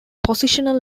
positional